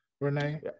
Renee